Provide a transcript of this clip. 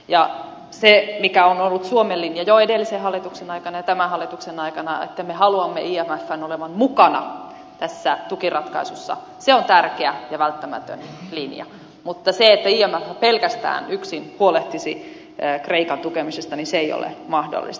ja se mikä on ollut suomen linja jo edellisen hallituksen aikana ja tämän hallituksen aikana että me haluamme imfn olevan mukana tässä tukiratkaisussa on tärkeä ja välttämätön linja mutta se että imf pelkästään yksin huolehtisi kreikan tukemisesta ei ole mahdollista